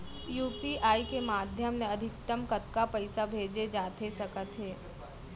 UPI के माधयम ले अधिकतम कतका पइसा भेजे जाथे सकत हे?